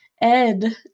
Ed